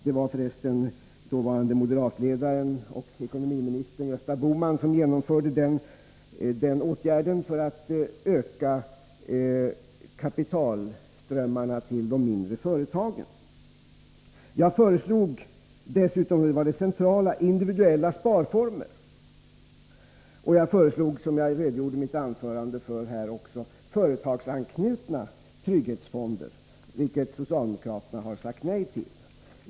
Det var förresten dåvarande moderatledaren och ekonomiministern Gösta Bohman som genomförde den åtgärden för att öka kapitalströmmarna till de mindre företagen. Jag föreslog dessutom — och det var det centrala — individuella sparformer. Jag föreslog också, som jag redogjorde för i mitt anförande, företagsanknutna trygghetsfonder, vilket socialdemokraterna sagt nej till.